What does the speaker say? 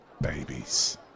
babies